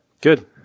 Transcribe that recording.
Good